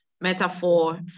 metaphor